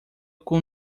com